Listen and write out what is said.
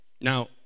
Now